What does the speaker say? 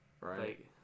right